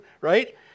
Right